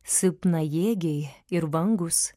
silpnajėgiai ir vangūs